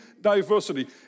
diversity